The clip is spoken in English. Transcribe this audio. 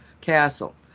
Castle